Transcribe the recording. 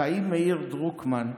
חיים מאיר דרוקמן,